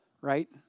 right